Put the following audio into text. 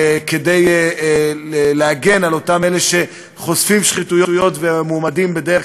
כדי להגן על אלה שחושפים שחיתויות ומועמדים בדרך